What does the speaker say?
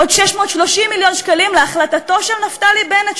עוד 630 מיליון שקלים להחלטתו של נפתלי בנט,